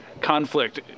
conflict